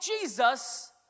Jesus